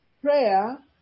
Prayer